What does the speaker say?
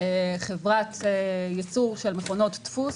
היא חברה ייצור מכונות דפוס.